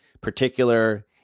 particular